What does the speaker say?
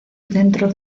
dentro